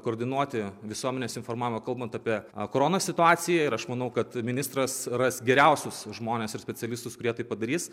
koordinuoti visuomenės informavimo kalbant apie korona situaciją ir aš manau kad ministras ras geriausius žmones ir specialistus kurie tai padarys